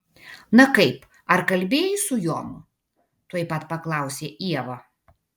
na kaip ar kalbėjai su jonu tuoj pat paklausė ieva